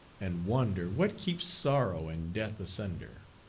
and wonder what keeps sorrow and death asunder.